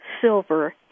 silver